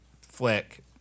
flick